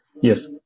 Yes